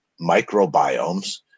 microbiomes